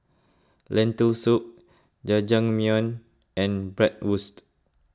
Lentil Soup Jajangmyeon and Bratwurst